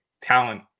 talent